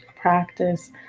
practice